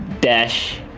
dash